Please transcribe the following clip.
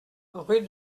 rue